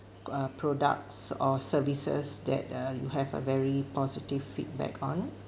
uh products or services that err you have a very positive feedback on